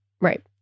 Right